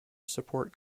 support